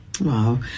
Wow